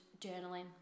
journaling